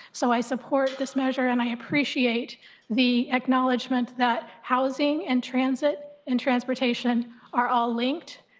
so, i support this measure, and i appreciate the acknowledgment, that housing and transit and transportation are all linked,